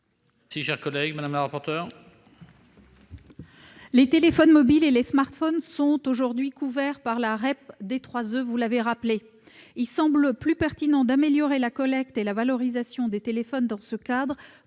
Quel est l'avis de la commission ? Les téléphones mobiles et les smartphones sont aujourd'hui couverts par la REP D3E, vous l'avez rappelé. Il semble plus pertinent d'améliorer la collecte et la valorisation des téléphones dans ce cadre